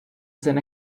than